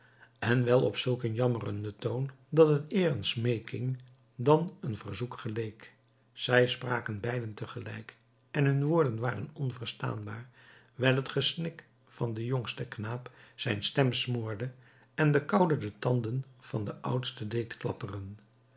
en wel op zulk een jammerenden toon dat het eer een smeeking dan een verzoek geleek zij spraken beiden tegelijk en hun woorden waren onverstaanbaar wijl het gesnik van den jongsten knaap zijn stem smoorde en de koude de tanden van den oudsten deed klapperen